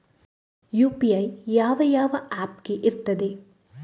UPI ಯಾವ ಯಾವ app ಗೆ ಇರ್ತದೆ?